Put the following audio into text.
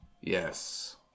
Yes